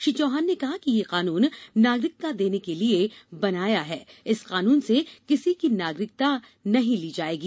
श्री चौहान ने कहा कि यह कानून नागरिकता देने के लिये बनाया है इस कानून से किसी की नागरिकता ली नहीं जायेगी